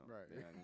Right